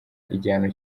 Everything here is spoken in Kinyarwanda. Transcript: igihano